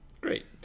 Great